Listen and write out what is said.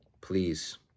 please